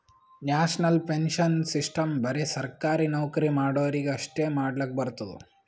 national pension system ಬರೆ ಸರ್ಕಾರಿ ನೌಕರಿ ಮಾಡೋರಿಗಿ ಅಷ್ಟೇ ಮಾಡ್ಲಕ್ ಬರ್ತುದ್